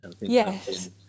Yes